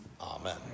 Amen